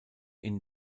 ihn